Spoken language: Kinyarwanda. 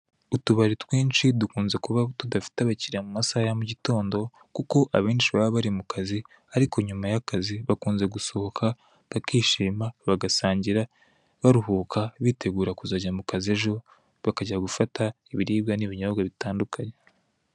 Utubari twinshi dukunze kuba tudafite abakiriya mu masaha ya mu gitondo kuko abenshi baba bari mu kazi, ariko nyuma y'akazi bakunze gusohoka bakishima, bagasangira, baruhuka bitegura kuzajya mu kazi ejo, bakajya gufata ibiribwa n' ibinyobwa bitandukanye.